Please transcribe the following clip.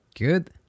good